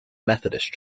methodist